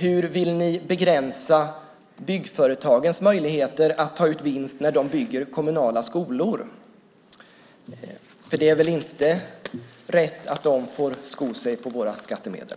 Hur vill ni begränsa byggföretagens möjligheter att ta ut vinst när de bygger kommunala skolor, för det är väl inte rätt att de får sko sig på våra skattemedel?